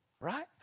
Right